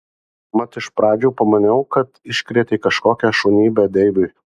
mat iš pradžių pamaniau kad iškrėtei kažkokią šunybę deivui